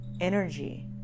energy